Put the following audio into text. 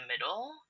middle